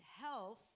health